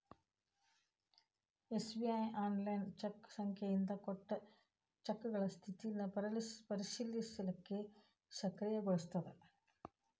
SBI online cheque ಸಂಖ್ಯೆಯಿಂದ ಕೊಟ್ಟ ಚೆಕ್ಗಳ ಸ್ಥಿತಿನ ಪರಿಶೇಲಿಸಲಿಕ್ಕೆ ಸಕ್ರಿಯಗೊಳಿಸ್ತದ